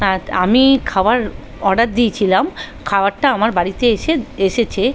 তা আমি খাবার অর্ডার দিয়েছিলাম খাবারটা আমার বাড়িতে এসে এসেছে